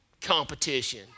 competition